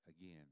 again